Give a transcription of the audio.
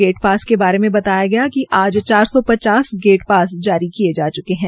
gate pass के बारे बताया गया कि आज चार सौ पचास गेट पास जारी किये जा च्के है